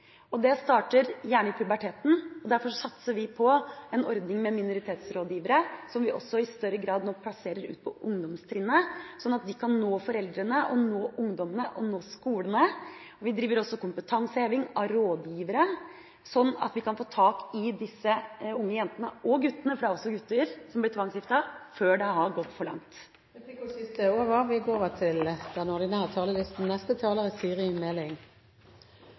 arbeid. Problemene starter ikke med tvangsekteskapet; det starter med innskrenkning av friheten til disse jentene. Det starter gjerne i puberteten. Derfor satser vi på en ordning med minoritetsrådgivere, som vi også i større grad plasserer ut på ungdomstrinnet, slik at de kan nå foreldrene, nå ungdommene og nå skolene. Vi driver også med kompetanseheving av rådgivere, slik at vi kan få tak i disse unge jentene og guttene – for det er også gutter som blir tvangsgiftet – før det har gått for langt. Replikkordskiftet er omme. De